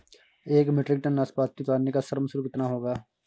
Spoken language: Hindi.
एक मीट्रिक टन नाशपाती उतारने का श्रम शुल्क कितना होगा?